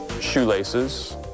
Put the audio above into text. shoelaces